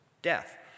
Death